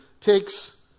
takes